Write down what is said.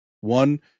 One